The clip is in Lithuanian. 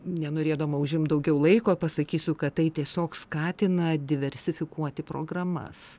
nenorėdama užimt daugiau laiko pasakysiu kad tai tiesiog skatina diversifikuoti programas